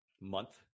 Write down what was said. month